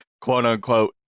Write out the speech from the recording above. quote-unquote